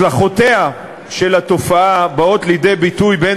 השלכותיה של התופעה באות לידי ביטוי בין